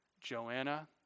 Joanna